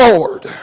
Lord